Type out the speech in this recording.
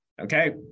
okay